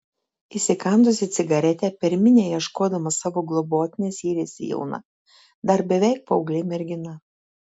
įsikandusi cigaretę per minią ieškodama savo globotinės yrėsi jauna dar beveik paauglė mergina